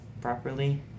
properly